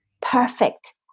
perfect